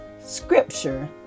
scripture